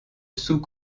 sous